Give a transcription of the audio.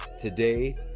Today